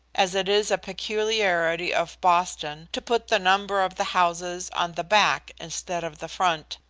as it is a peculiarity of boston to put the number of the houses on the back instead of the front,